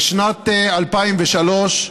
בשנת 2003,